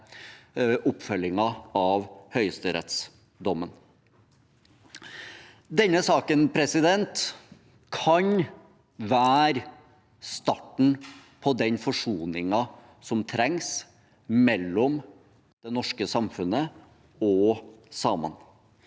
oppfølgingen av høyesterettsdommen. Denne saken kan være starten på den forsoningen som trengs mellom det norske samfunnet og samene.